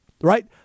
right